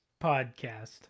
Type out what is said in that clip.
podcast